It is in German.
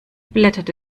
blätterte